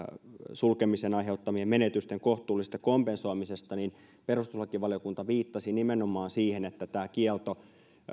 sulkemisen aiheuttamien menetysten kohtuullisesta kompensoimisesta niin perustuslakivaliokunta viittasi nimenomaan siihen että tämä kielto